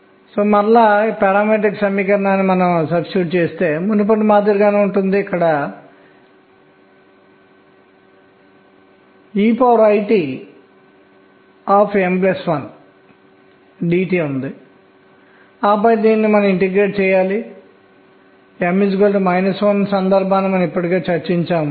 అయితే పరమాణువుల ఆవర్తన పీరియాడిసిటీ లక్షణాల గురించి ఇప్పుడు చూద్దాం